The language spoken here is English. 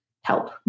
help